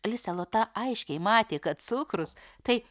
lisė lota aiškiai matė kad cukrus tai